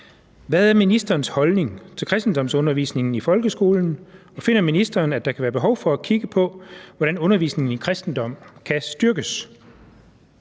Hvad er ministerens holdning til kristendomsundervisningen i folkeskolen, og finder ministeren, at der kan være behov for at kigge på, hvordan undervisningen i kristendom kan styrkes?